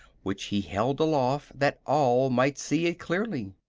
which he held aloft that all might see it clearly.